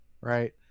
Right